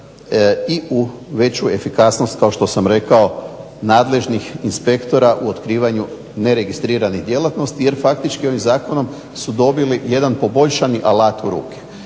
i u veću efikasnost kao što sam rekao nadležnih inspektora u otkrivanju neregistriranih djelatnosti jer faktički ovim zakonom su dobili jedan poboljšani alat u ruke